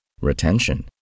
Retention